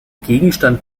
gegenstand